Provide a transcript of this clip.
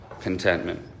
contentment